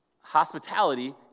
hospitality